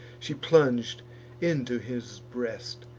she plung'd into his breast.